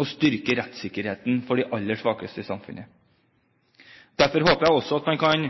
å styrke rettssikkerheten for de aller svakeste i samfunnet. Derfor håper jeg også at man kan